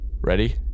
Ready